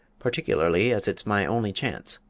particularly as it's my only chance.